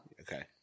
Okay